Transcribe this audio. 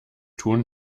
tun